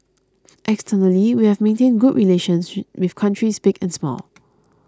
externally we have maintained good relations she with countries big and small